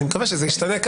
אני מקווה שזה ישתנה,